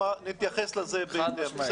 ונתייחס לזה ברצינות.